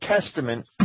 Testament